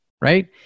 Right